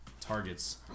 targets